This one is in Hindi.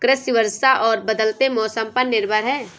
कृषि वर्षा और बदलते मौसम पर निर्भर है